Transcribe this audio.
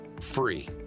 free